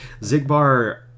Zigbar